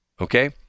Okay